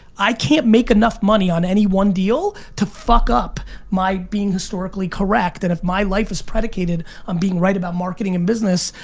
i can't make enough money on any one deal to fuck up my being historically correct that if my life is predicated on being right about marketing and business,